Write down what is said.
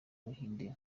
buhinde